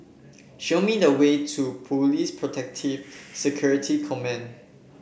show me the way to Police Protective Security Command